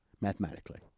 mathematically